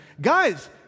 Guys